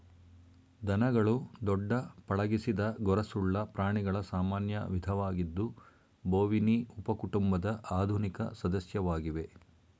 ದನಗಳು ದೊಡ್ಡ ಪಳಗಿಸಿದ ಗೊರಸುಳ್ಳ ಪ್ರಾಣಿಗಳ ಸಾಮಾನ್ಯ ವಿಧವಾಗಿದ್ದು ಬೋವಿನಿ ಉಪಕುಟುಂಬದ ಆಧುನಿಕ ಸದಸ್ಯವಾಗಿವೆ